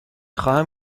خواهم